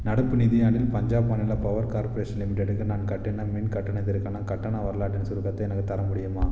நடப்பு நிதியாண்டில் பஞ்சாப் மாநில பவர் கார்ப்பரேஷன் லிமிட்டெடுக்கு நான் கட்டின மின் கட்டணத்திற்கான கட்டண வரலாற்றின் சுருக்கத்தை எனக்குத் தர முடியுமா